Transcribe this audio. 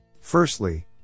Firstly